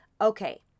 okay